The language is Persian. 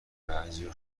بعضیا